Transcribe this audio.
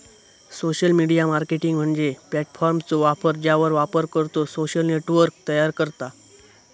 social media marketing म्हणजे प्लॅटफॉर्मचो वापर ज्यावर वापरकर्तो सोशल नेटवर्क तयार करता